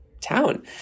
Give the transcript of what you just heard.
town